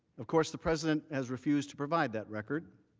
of course, the president has refused to provide that record